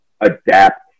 adapt